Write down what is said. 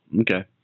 Okay